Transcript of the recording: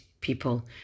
people